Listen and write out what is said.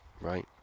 right